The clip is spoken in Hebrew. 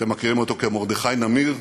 אתם מכירים אותו כמרדכי נמיר,